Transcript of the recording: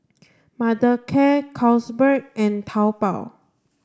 Mothercare Carlsberg and Taobao